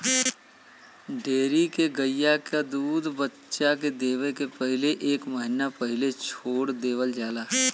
dairy के गइया क दूध बच्चा देवे के पहिले एक महिना पहिले छोड़ देवल जाला